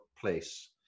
place